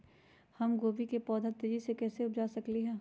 हम गोभी के पौधा तेजी से कैसे उपजा सकली ह?